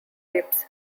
rapes